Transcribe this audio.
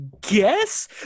guess